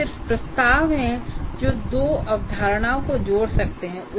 ये सिर्फ प्रस्ताव हैं जो दो अवधारणाओं को जोड़ सकते हैं